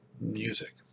music